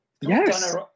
Yes